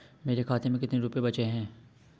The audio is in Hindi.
मेरे खाते में कितने रुपये बचे हैं?